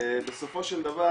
בסופו של דבר